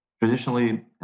Traditionally